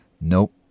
nope